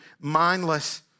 mindless